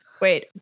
Wait